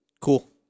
Cool